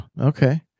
Okay